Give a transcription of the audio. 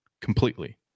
completely